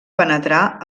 penetrar